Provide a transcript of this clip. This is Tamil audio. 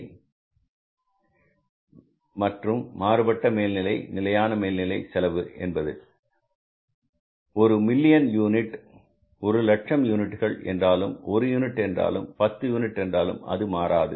நிலையான மேல்நிலை மற்றும் மாறுபட்ட மேல்நிலை நிலையான மேல்நிலை செலவு என்பது ஒரு மில்லியன் யூனிட் ஒரு லட்சம் யூனிட்டுகள் என்றாலும் ஒருயூனிட் என்றாலும் பத்து யூனிட் என்றாலும் அது மாறாது